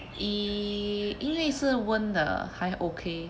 !ee! 因为是温的还 okay